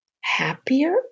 happier